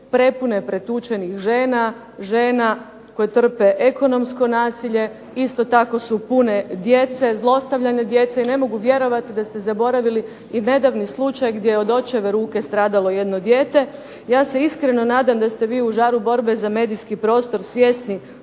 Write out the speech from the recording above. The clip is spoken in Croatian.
prepune pretučenih žena, žena koje trpe ekonomsko nasilje, isto tako su pune djece, zlostavljane djece, i ne mogu vjerovati da ste zaboravili i nedavni slučaj gdje je od očeve ruke stradalo jedno dijete. Ja se iskreno nadam da ste vi u žaru borbe za medijski prostor svjesni